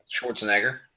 Schwarzenegger